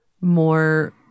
more